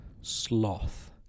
Sloth